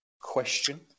question